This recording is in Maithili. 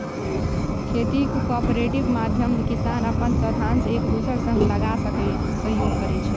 खेतीक कॉपरेटिव माध्यमे किसान अपन साधंश एक दोसरा संग लगाए सहयोग करै छै